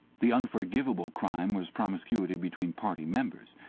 the unforgivable crime was promiscuity between party members.